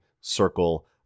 circle